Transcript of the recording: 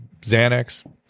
Xanax